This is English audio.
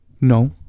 No